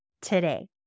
today